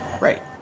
right